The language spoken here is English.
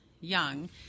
young